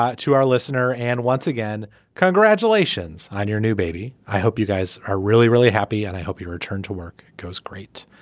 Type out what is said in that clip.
ah to our listener and once again congratulations on your new baby. i hope you guys are really really happy and i hope you return to work goes great.